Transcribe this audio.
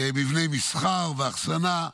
מבני מסחר ואחסנה.